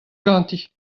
ganti